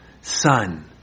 Son